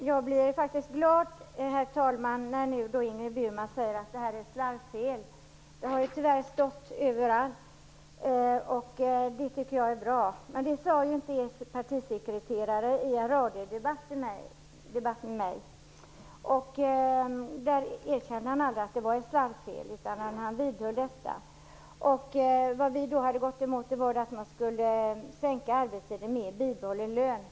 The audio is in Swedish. Herr talman! Jag blev faktiskt glad när Ingrid Burman sade att det var fråga om ett slarvfel. Detta har redovisats i många sammanhang, och jag tycker att det är bra. Det erkändes dock inte av er partisekreterare i en radiodebatt med mig att det var fråga om ett slarvfel, utan han vidhöll påståendet att vi ville att arbetstiden skulle sänkas med bibehållen lön.